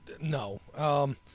no